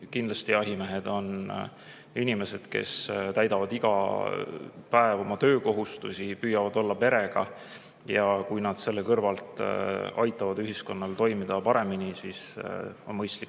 Kindlasti jahimehed on inimesed, kes täidavad iga päev oma töökohustusi, püüavad olla perega. Ja kui nad selle kõrvalt aitavad ühiskonnal paremini toimida, siis on mõistlik